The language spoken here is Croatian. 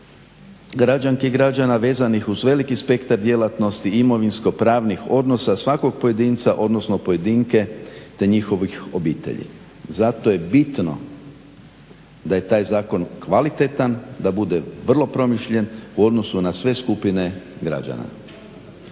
građanki i građana vezanih uz veliki spektar djelatnosti imovinsko-pravnih odnosa svakog pojedinca, odnosno pojedinke te njihovih obitelji. Zato je bitno da je taj zakon kvalitetan da bude vrlo promišljen u odnosu na sve skupine građana.